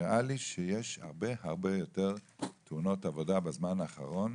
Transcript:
נראה לי שיש הרבה יותר תאונות עבודה בזמן האחרון,